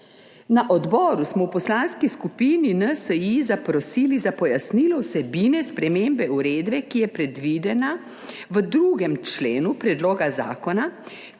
Na odboru smo v Poslanski skupini NSi zaprosili za pojasnilo vsebine spremembe uredbe, ki je predvidena v 2. členu predloga zakona,